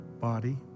body